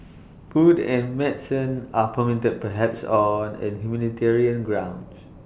food and medicine are permitted perhaps on humanitarian grounds